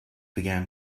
began